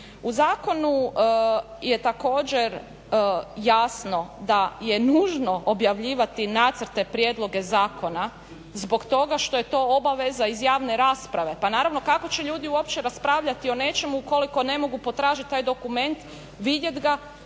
U zakonu je također jasno da je nužno objavljivati nacrte prijedloge zakona zbog toga što je to obaveza iz javne rasprave, pa naravno kako će ljudi uopće raspravljati o nečemu ukoliko ne mogu potražiti taj dokument, vidjeti ga,